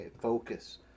Focus